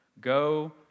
Go